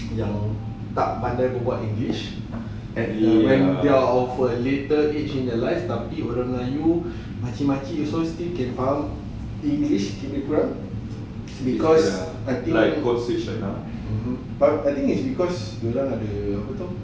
tak pandai berbual english at the later age in their life tapi orang melayu makcik-makcik still can talk english lebih kurang because I think I think it's because dorang ada apa tu